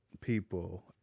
people